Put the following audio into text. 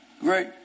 great